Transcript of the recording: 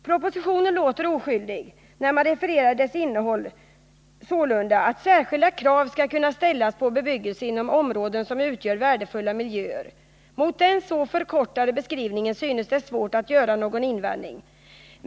Propositionen låter oskyldig när man refererar att den innehåller förslag om att särskilda krav skall kunna ställas på bebyggelse inom områden som utgör värdefulla miljöer. Mot en så förkortad beskrivning synes det svårt att göra någon invändning.